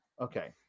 okay